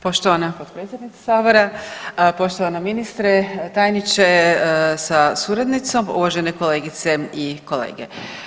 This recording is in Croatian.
Poštovana potpredsjednice sabora, poštovana ministre, tajniče sa suradnicom, uvažene kolegice i kolege.